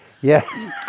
Yes